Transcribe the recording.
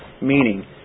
meaning